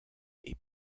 est